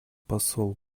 посол